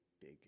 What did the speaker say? big